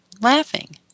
laughing